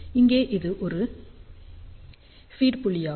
இங்கே இது ஒரு ஃபீட் புள்ளியாகும்